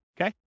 Okay